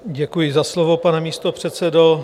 Děkuji za slovo, pane místopředsedo.